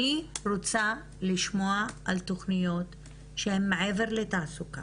אני עובדת גם --- לתוכנית החומש יש תקציב להעצמה